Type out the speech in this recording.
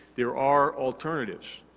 there are alternatives,